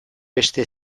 beste